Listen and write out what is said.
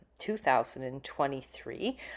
2023